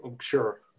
Sure